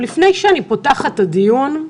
לפני שאני פותחת את הדיון,